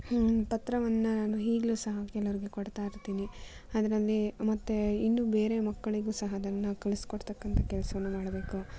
ಪತ್ರವನ್ನು ನಾನು ಈಗಲೂ ಸಹ ಕೆಲವ್ರಿಗೆ ಕೊಡ್ತಾ ಇರ್ತೀನಿ ಅದರಲ್ಲಿ ಮತ್ತೆ ಇನ್ನು ಬೇರೆ ಮಕ್ಕಳಿಗೂ ಸಹ ಅದನ್ನು ಕಲಿಸ್ಕೊಡ್ತಕ್ಕಂಥ ಕೆಲಸವನ್ನು ಮಾಡಬೇಕು